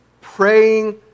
praying